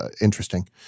interesting